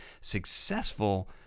successful